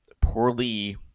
poorly